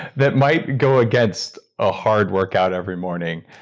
that might go against a hard workout every morning.